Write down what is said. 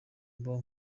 mbuga